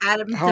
Adam